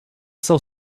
sell